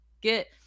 get